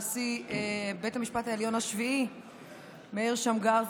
נשיא בית המשפט העליון השביעי מאיר שמגר,